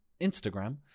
Instagram